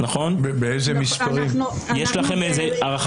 כיוון שלעלות דרך נתיב ממוסקבה לוקח הרבה זמן,